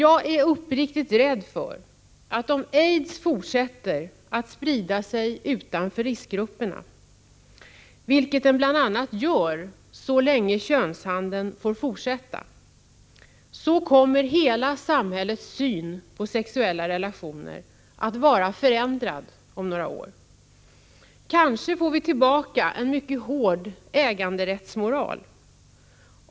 Jag är uppriktigt rädd för att om aids fortsätter att sprida sig utanför riskgrupperna— vilket den gör bl.a. så länge könshandeln får fortsätta — kommer hela samhällets syn på sexuella relationer att vara förändrad om några år. Kanske får vi tillbaka en mycket hård äganderättsmoral.